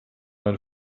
mein